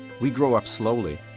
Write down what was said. we grow up slowly.